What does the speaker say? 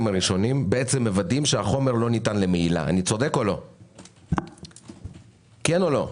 הראשונים מוודאים שהחומר לא ניתן למהילה כן או לא?